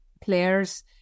players